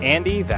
Andy